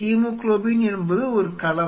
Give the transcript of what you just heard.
haemoglobin என்பது ஒரு கலவை